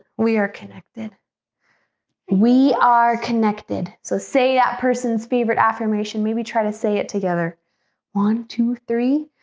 we are connected we are connected. so say that person's favorite affirmation. maybe try to say it together one two three,